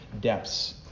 depths